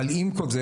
אבל עם כל זה,